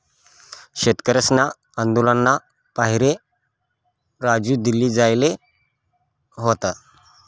शेतकरीसना आंदोलनना पाहिरे राजू दिल्ली जायेल व्हता